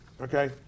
okay